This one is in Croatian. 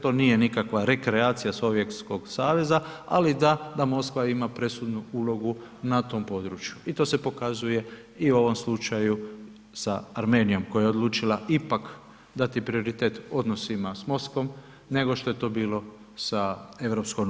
To nije nikakva rekreacija Sovjetskog saveza, ali da Moskva ima presudnu ulogu na tom području i to se pokazuje u ovom slučaju sa Armenijom koja je odlučila ipak dati prioritet odnosima s Moskvom nego što je to bilo sa EU.